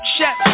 Chef